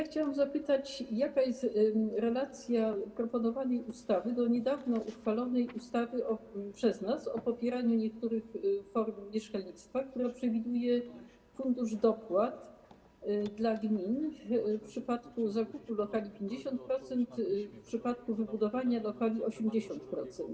Chciałam zapytać, jaka jest relacja proponowanej ustawy do niedawno uchwalonej przez nas ustawy o popieraniu niektórych form mieszkalnictwa, która przewiduje fundusz dopłat dla gmin: w przypadku zakupu lokali - 50%, w przypadku wybudowania lokali - 80%.